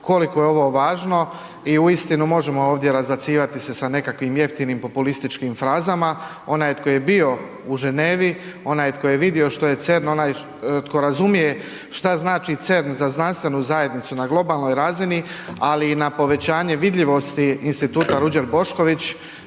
koliko je ovo važno i uistinu možemo ovdje razbacivati se sa nekakvim jeftinim populističkim frazama, onaj tko je bio u Ženevi, onaj tko je vidio što je CERN, onaj tko razumije šta znači CERN za znanstvenu zajednicu na globalnoj razini, ali i na povećanje vidljivosti Instituta Ruđer Bošković